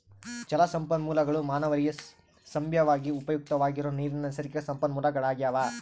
ಜಲಸಂಪನ್ಮೂಲಗುಳು ಮಾನವರಿಗೆ ಸಂಭಾವ್ಯವಾಗಿ ಉಪಯುಕ್ತವಾಗಿರೋ ನೀರಿನ ನೈಸರ್ಗಿಕ ಸಂಪನ್ಮೂಲಗಳಾಗ್ಯವ